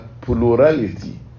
plurality